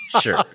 sure